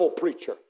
preacher